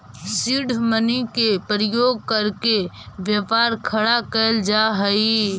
seed money के प्रयोग करके व्यापार खड़ा कैल जा हई